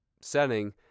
setting